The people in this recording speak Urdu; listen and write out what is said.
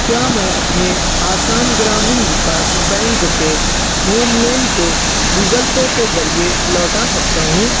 کیا میں اپنے آسام گرامین وکاس بینک کے ہوم لون کو گوگل پے کے ذریعے لوٹا سکتا ہوں